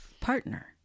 partner